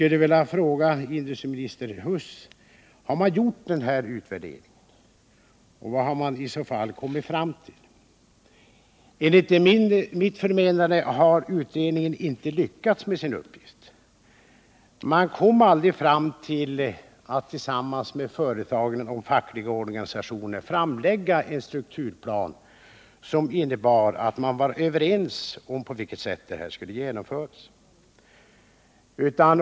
Enligt mitt förmenande har utredningen inte lyckats med sin uppgift. Man kom aldrig fram till att företagen och de fackliga organisationerna tillsammans lade fram en strukturplan som innebar att man var överens om på vilket sätt detta skulle genomföras.